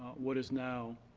what is now,